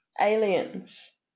Aliens